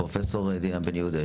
פרופ' דינה בן יהודה,